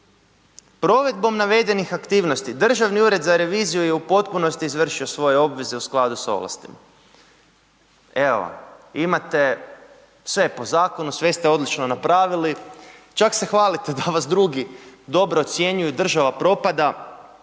provedbom navedenih aktivnosti, Državni ured za reviziju je u potpunosti izvršio svoje obveze u skladu s ovlastima. Evo vam, imate, sve je po zakonu, sve ste odlično napravili, čak se hvalite da vas drugi dobro ocjenjuju, država propada.